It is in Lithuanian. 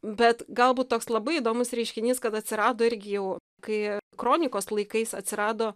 bet galbūt toks labai įdomus reiškinys kad atsirado irgi jau kai kronikos laikais atsirado